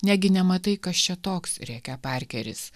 negi nematai kas čia toks rėkia parkeris